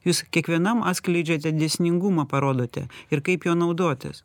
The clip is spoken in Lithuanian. jūs kiekvienam atskleidžiate dėsningumą parodote ir kaip juo naudotis